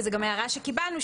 וזו גם הערה שקיבלנו,